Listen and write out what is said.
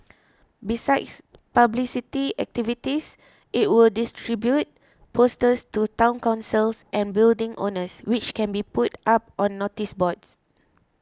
besides publicity activities it will distribute posters to Town Councils and building owners which can be put up on noticeboards